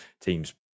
teams